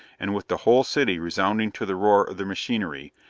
and with the whole city resounding to the roar of the machinery,